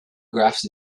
graphs